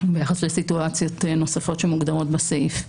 ביחס לסיטואציות נוספות שמוגדרות בסעיף.